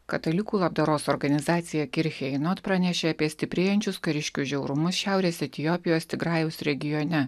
katalikų labdaros organizacija kircheinot pranešė apie stiprėjančius kariškių žiaurumus šiaurės etiopijos tigrajaus regione